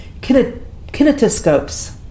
kinetoscopes